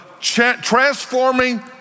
transforming